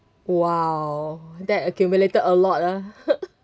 !wow! that accumulated a lot ah